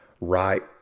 right